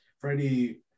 Freddie